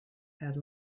had